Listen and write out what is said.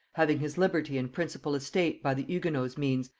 having his liberty and principal estate by the hugonots' means,